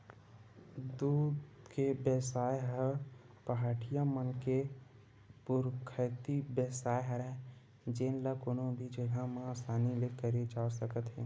दूद के बेवसाय ह पहाटिया मन के पुरखौती बेवसाय हरय जेन ल कोनो भी जघा म असानी ले करे जा सकत हे